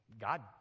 god